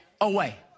away